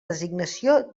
designació